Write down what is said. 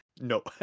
No